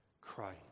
Christ